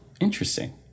interesting